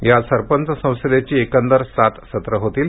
या सरपंच संसदेची एकंदर सात सत्रं होतील